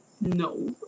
No